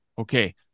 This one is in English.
Okay